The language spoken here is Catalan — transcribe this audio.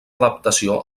adaptació